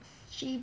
she